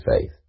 faith